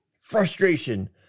frustration